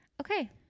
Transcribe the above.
Okay